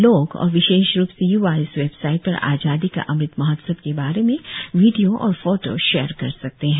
लोग और विशेष रूप से य्वा इस वेबसाइट पर आजादी का अमृत महोत्सव के बारे में वीडियो और फोटो शेयर कर सकते हैं